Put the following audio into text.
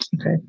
okay